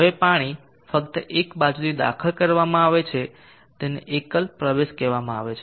હવે પાણી ફક્ત એક બાજુથી દાખલ કરવામાં આવે છે તેને એકલ પ્રવેશ કહેવામાં આવે છે